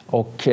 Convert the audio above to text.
och